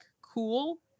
cool